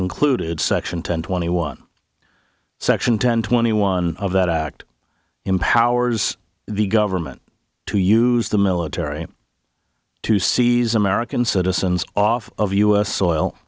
included section ten twenty one section ten twenty one of that act empowers the government to use the military to seize american citizens off of u s soil